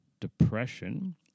depression